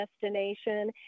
destination